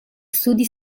studi